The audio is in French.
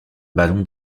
ballon